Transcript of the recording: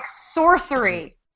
sorcery